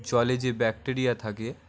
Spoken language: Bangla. জলে যে ব্যাকটেরিয়া থাকে